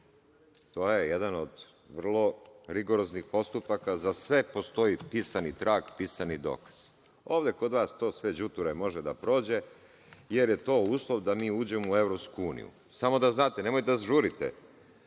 To je jedan od vrlo rigoroznih postupaka, za sve postoji pisani trag, pisani dokaz. Ovde kod vas to sve đuture može da prođe, jer je to uslov da mi uđemo u Evropsku uniju. Samo da znate, nemoj da žurite.